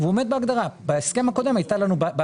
והוא אומר בהגדרה, בנוסח הקודם הייתה לנו בעיה.